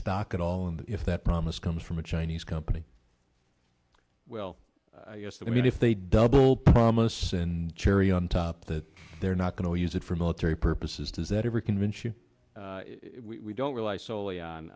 stock at all and if that promise comes from a chinese company well yes i mean if they double promise and cherry on top that they're not going to use it for military purposes does that ever convince you we don't rely solely on